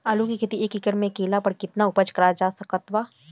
आलू के खेती एक एकड़ मे कैला पर केतना उपज कराल जा सकत बा?